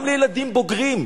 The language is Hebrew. גם לילדים בוגרים,